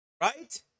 Right